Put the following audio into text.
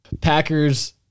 Packers